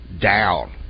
down